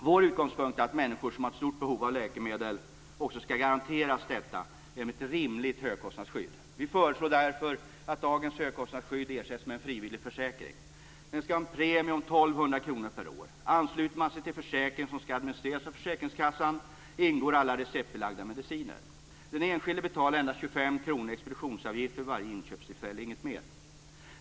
Vår utgångspunkt är att människor som har ett stort behov av läkemedel också skall garanteras dessa genom ett rimligt högkostnadsskydd. Vi föreslår därför att dagens högskostnadsskydd ersätts med en frivillig försäkring. Den skall ha en premie om 1 200 kr per år. Ansluter man sig till försäkringen, som skall administreras av försäkringskassan, ingår alla receptbelagda mediciner. Den enskilde betalar endast 25 kr i expeditionsavgift vid varje inköpstillfälle, inget mer.